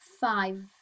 five